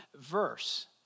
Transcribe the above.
verse